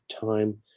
time